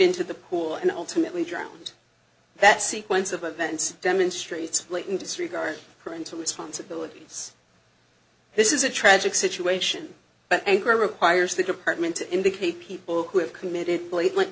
into the pool and ultimately drowned that sequence of events demonstrates blatant disregard parental responsibilities this is a tragic situation but anger requires the department to indicate people who have committed blatant